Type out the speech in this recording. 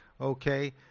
okay